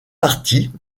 partie